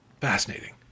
Fascinating